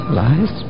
lies